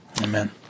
Amen